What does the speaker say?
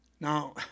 Now